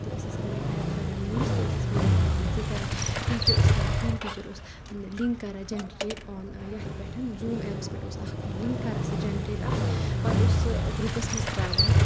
تہٕ أسۍ ٲسۍ امَے ایپ کَران یوٗز تہٕ أسۍ ٲسۍ ویٖڈیو کانفرؠنسِنگ کَران ٹیٖچَر اوس کَران کٲم ٹیٖچَر اوس لِنک کَران جَنریٹ آن یَتھ پؠٹھ زوٗم ایپَس اوس اَکھ لِنک کَران سُہ جَنریٹ اَکھ پَتہٕ اوس سُہ گرُپس منز تراوان